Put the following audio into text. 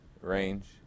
range